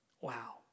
Wow